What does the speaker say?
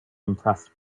impressed